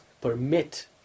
permit